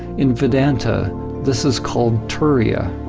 in vedanta this is called turiya